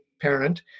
parent